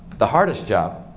the hardest job,